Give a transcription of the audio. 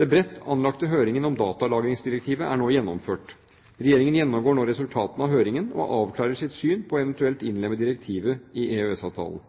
Den bredt anlagte høringen om datalagringsdirektivet er nå gjennomført. Regjeringen gjennomgår nå resultatene av høringen og avklarer sitt syn på eventuelt å innlemme